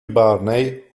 barney